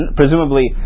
presumably